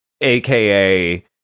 AKA